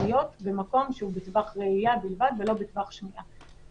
להיות במקום שהוא בטווח ראייה בלבד ולא בטווח שמיעה.